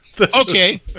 Okay